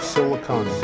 Silicon